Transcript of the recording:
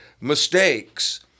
mistakes